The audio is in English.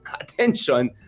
attention